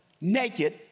naked